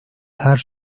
her